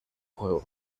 juego